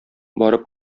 барып